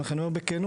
ולכן אני אומר בכנות,